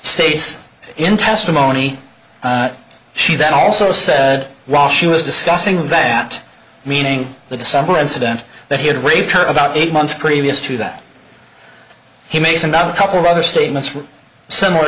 stace in testimony she then also said while she was discussing that meaning the december incident that he had raped her about eight months previous to that he makes another couple of other statements were similar